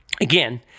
Again